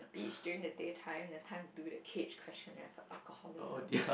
beach during the daytime then time to do the cage question and a Colosseum